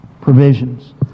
provisions